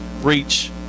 reach